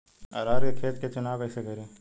अरहर के खेत के चुनाव कईसे करी?